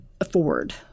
afford